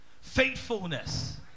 faithfulness